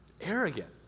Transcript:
Arrogant